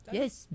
Yes